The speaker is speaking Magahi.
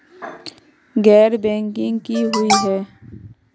गैर बैंकिंग की हुई है?